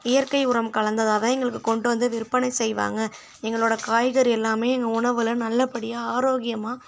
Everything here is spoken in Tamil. இயற்கை உரம் கலந்ததாக தான் எங்களுக்கு கொண்டு வந்து விற்பனை செய்வாங்க எங்களோட காய்கறி எல்லாமே எங்க உணவில் நல்லப்படியாக ஆரோக்கியமாக